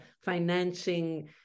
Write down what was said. financing